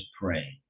Praying